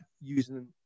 using